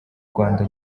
rwanda